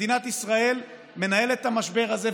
מדינת ישראל מנהלת את המשבר הזה,